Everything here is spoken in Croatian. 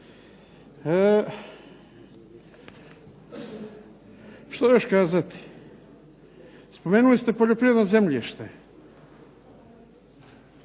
Što još kazati? Spomenuli ste poljoprivredno zemljište.